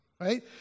right